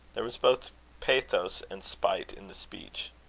there was both pathos and spite in the speech.